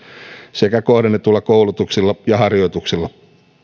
sekä kohdennetuilla koulutuksilla ja harjoituksilla